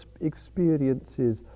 experiences